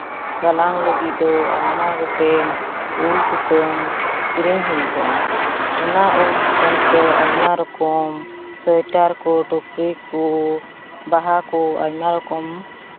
ᱜᱟᱞᱟᱝ ᱞᱟᱹᱜᱤᱫ ᱫᱚ ᱟᱭᱢᱟ ᱜᱚᱴᱮᱱ ᱩᱞ ᱥᱩᱛᱟᱹᱢ ᱠᱤᱨᱤᱧ ᱦᱩᱭᱩᱜᱼᱟ ᱚᱱᱟ ᱩᱞ ᱥᱩᱛᱟᱹᱢ ᱛᱮᱫᱚ ᱟᱭᱢᱟ ᱨᱚᱠᱚᱢ ᱥᱳᱭᱮᱴᱟᱨ ᱠᱚ ᱴᱩᱯᱨᱤ ᱠᱚ ᱵᱟᱦᱟ ᱠᱚ ᱟᱭᱢᱟ ᱨᱚᱠᱚᱢ